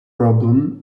problem